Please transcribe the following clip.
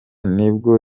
nibwo